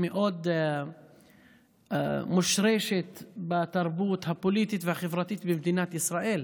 מאוד מושרשת בתרבות הפוליטית והחברתית במדינת ישראל,